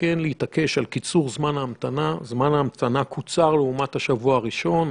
זמן ההמתנה קוצר לעומת השבוע הראשון.